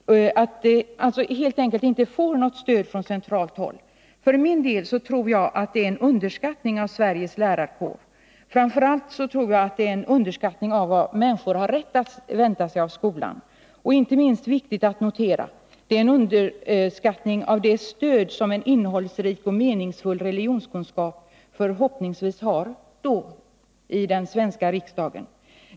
Det får då, helt enkelt, inget stöd från centralt håll. För min del menar jag att ett sådant tillvägagångssätt innebär en underskattning av Sveriges lärarkår. Framför allt tror jag att det är en underskattning av vad människor har rätt att vänta sig av skolan. Det är inte minst en underskattning av det stöd som en innehållsrik och meningsfull religionskunskap förhoppningsvis har i den svenska riksdagen.